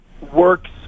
works